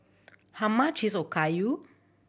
how much is Okayu